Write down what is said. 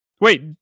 Wait